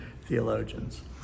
theologians